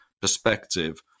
perspective